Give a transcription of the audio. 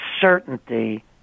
certainty